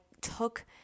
took